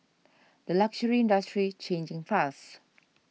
the luxury industry changing fast